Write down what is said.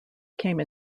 came